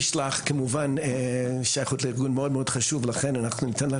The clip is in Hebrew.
יש כ-70 מרכזי גישור ודיאלוג בקהילה שמלווים